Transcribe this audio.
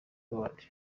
awards